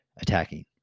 attacking